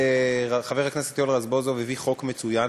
חבר הכנסת יואל רזבוזוב הביא חוק מצוין